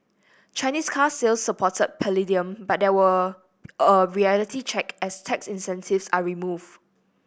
Chinese car sales supported palladium but there were a reality check as tax incentives are removed